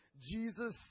jesus